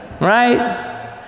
Right